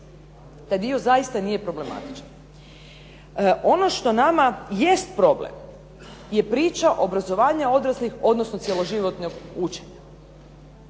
taj dio nije problematičan. Ono što nama je problem je priča obrazovanja odraslih, odnosno cjeloživotno učenje.